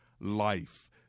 life